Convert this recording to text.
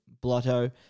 blotto